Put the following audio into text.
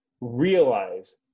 realize